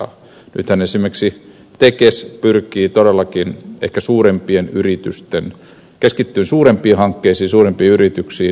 nythän esimerkiksi tekes keskittyy todellakin ehkä suurempiin hankkeisiin suurempiin yrityksiin